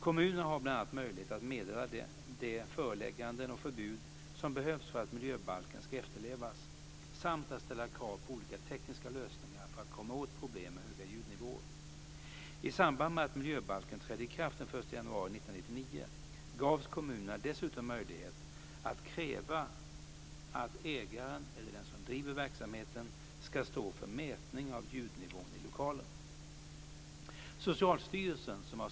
Kommunerna har bl.a. möjlighet att meddela de förelägganden och förbud som behövs för att miljöbalken ska efterlevas samt att ställa krav på olika tekniska lösningar för att komma åt problem med höga ljudnivåer. I samband med att miljöbalken trädde i kraft den 1 januari 1999 gavs kommunerna dessutom möjligheter att kräva att ägaren eller den som driver verksamheten ska stå för mätningar av ljudnivån i lokalen.